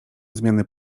zmianę